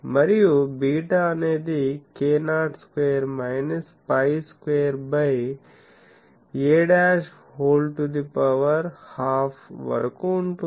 మరియు బీటా అనేది k0 square minus pi square by a' whole to the power 12 వరకు ఉంటుంది